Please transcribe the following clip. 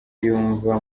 yumva